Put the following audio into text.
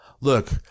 Look